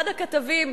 אחד הכתבים,